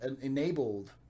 enabled